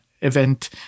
event